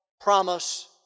promise